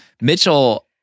Mitchell